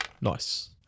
nice